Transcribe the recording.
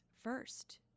first